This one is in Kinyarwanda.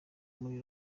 muri